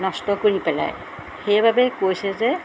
নষ্ট কৰি পেলায় সেইবাবে কৈছে যে